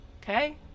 Okay